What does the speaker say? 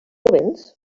véns